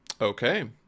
Okay